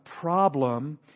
problem